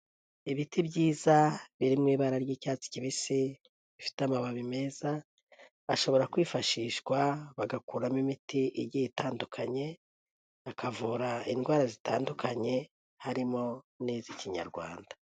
Ibiti byiza, biri mu ibara ry'icyatsi kibisi, bifite amababi meza, ashobora kwifashishwa bagakuramo imiti igiye itandukanye, akavura indwara zitandukanye harimo n'iz'ikinyarwanda.